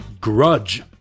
Grudge